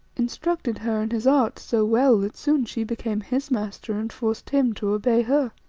instructed her in his art so well that soon she became his master and forced him to obey her.